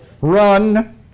Run